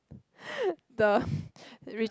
the re~